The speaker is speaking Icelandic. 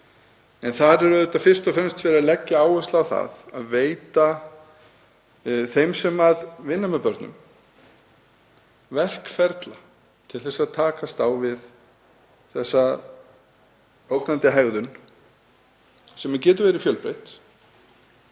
en þar er auðvitað fyrst og fremst verið að leggja áherslu á það að veita þeim sem vinna með börnum verkferla til að takast á við þessa ógnandi hegðun sem getur verið fjölbreytt